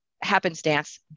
happenstance